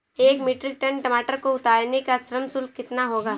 एक metric ton टमाटर को उतारने का श्रम शुल्क कितना होगा?